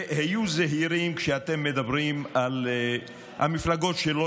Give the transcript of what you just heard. והיו זהירים כשאתם מדברים על המפלגות שלא